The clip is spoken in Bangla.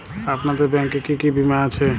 আপনাদের ব্যাংক এ কি কি বীমা আছে?